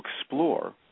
explore